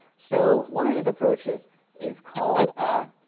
so one of these approaches is called a